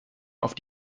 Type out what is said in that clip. auf